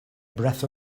breath